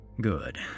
Good